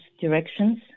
directions